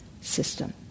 system